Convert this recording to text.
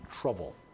trouble